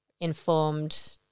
informed